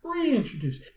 Reintroduce